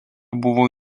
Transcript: buvo